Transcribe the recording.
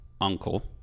uncle